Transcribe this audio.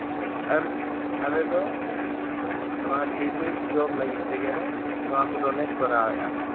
ᱟᱨ ᱟᱞᱮ ᱫᱚ ᱱᱚᱣᱟ ᱰᱤᱯᱷᱮᱱᱥ ᱡᱚᱵ ᱞᱟᱹᱜᱤᱫ ᱛᱮᱜᱮ ᱞᱮ ᱱᱚᱣᱟ ᱠᱚᱫᱚᱞᱮ ᱠᱚᱨᱟᱣ ᱮᱫᱼᱟ